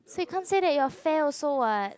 so you can't say that you are fair also [what]